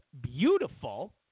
beautiful